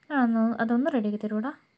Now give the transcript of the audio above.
അതൊന്ന് അതൊന്ന് റെഡിയാക്കിത്തരുവോടാ